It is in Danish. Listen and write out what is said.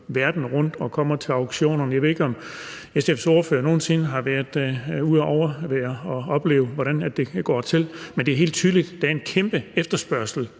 verden, og at alle kommer til auktionerne. Jeg ved ikke, om SF's ordfører nogen sinde har været ude at overvære og opleve, hvordan det går til, men det er helt tydeligt, at der er en kæmpe efterspørgsel